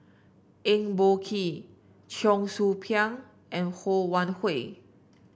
Eng Boh Kee Cheong Soo Pieng and Ho Wan Hui